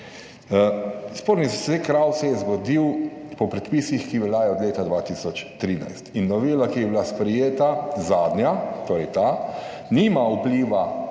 Sporni zaseg krav se je zgodil po predpisih, ki veljajo od leta 2013 in novela, ki je bila sprejeta zadnja, torej ta, nima vpliva